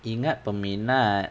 ingat peminat